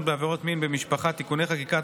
בעבירות מין במשפחה (תיקוני חקיקה),